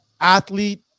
athlete